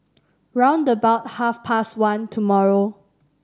round about half past one tomorrow